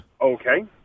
Okay